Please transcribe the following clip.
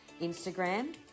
Instagram